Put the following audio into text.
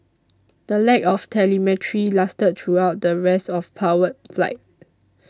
the lack of telemetry lasted throughout the rest of powered flight